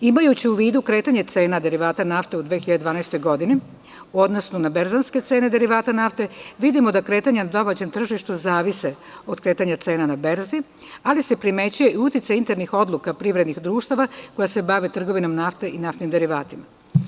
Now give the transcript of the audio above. Imajući u vidu kretanje cena derivata nafte u 2012. godini, odnosno na berzanske cene derivata nafte, vidimo da kretanja na domaćem tržištu zavise od kretanja cena na berzi, ali se primećuje i uticaj internih odluka privrednih društava koja se bave trgovinom nafte i naftnim derivatima.